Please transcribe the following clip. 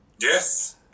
Yes